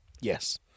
Yes